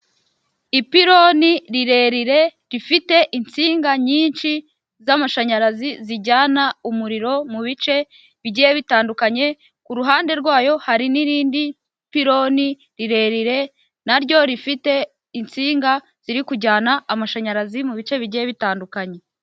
Ipironi rirerire rifite insinga nyinshi z'amashanyarazi zijyana umuriro mu bice bigiye bitandukanye, ku ruhande rwayo hari n'irindi pironi rirerire naryo rifite insinga ziri kujyana amashanyarazi mu bice bigiye bitandukanye.